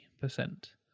percent